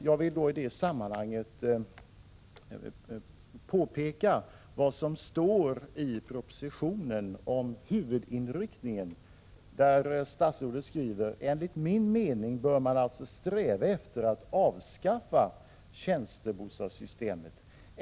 Jag vill i sammanhanget påpeka vad som står i propositionen om huvudinriktningen. Statsrådet skriver: ”Enligt min mening bör man alltså sträva efter att avskaffa tjänstebostadssystemet.